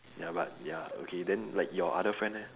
ya but ya okay then like your other friend eh